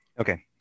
Okay